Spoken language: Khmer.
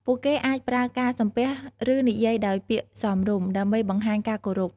ពួកគេអាចប្រើការសំពះ ឬនិយាយដោយពាក្យសមរម្យ ដើម្បីបង្ហាញការគោរព។